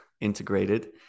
integrated